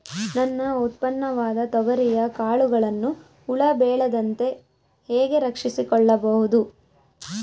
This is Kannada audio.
ನನ್ನ ಉತ್ಪನ್ನವಾದ ತೊಗರಿಯ ಕಾಳುಗಳನ್ನು ಹುಳ ಬೇಳದಂತೆ ಹೇಗೆ ರಕ್ಷಿಸಿಕೊಳ್ಳಬಹುದು?